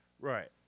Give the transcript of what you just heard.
Right